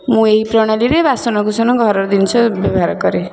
ମୁଁ ଏଇ ପ୍ରଣାଳୀରେ ବାସନ କୁସନ ଘରର ଜିନିଷ ବ୍ୟବହାର କରେ